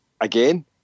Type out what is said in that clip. again